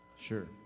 Sure